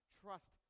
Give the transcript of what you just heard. Trust